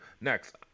next